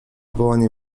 wołanie